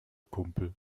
kumpel